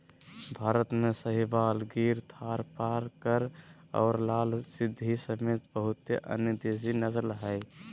भारत में साहीवाल, गिर थारपारकर और लाल सिंधी समेत बहुते अन्य देसी नस्ल हइ